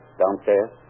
downstairs